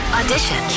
Audition